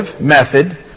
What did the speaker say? method